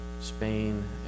Spain